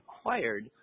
acquired